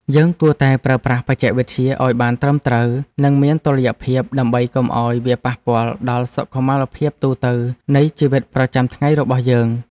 យើងគួរតែប្រើប្រាស់បច្ចេកវិទ្យាឲ្យបានត្រឹមត្រូវ និងមានតុល្យភាពដើម្បីកុំឲ្យវាប៉ះពាល់ដល់សុខុមាលភាពទូទៅនៃជីវិតប្រចាំថ្ងៃរបស់យើង។